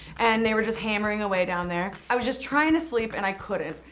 and they were just hammering away down there. i was just trying to sleep and i couldn't.